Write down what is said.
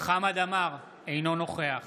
חמד עמאר, אינו נוכח